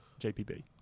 JPB